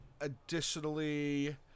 Additionally